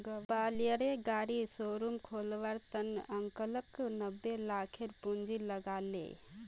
ग्वालियरेर गाड़ी शोरूम खोलवार त न अंकलक नब्बे लाखेर पूंजी लाग ले